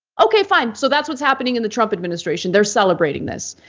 okay, fine. so that's what's happening in the trump administration. they're celebrating this.